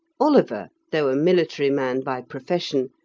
oliver, though a military man by profession,